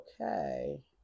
okay